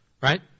right